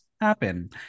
Happen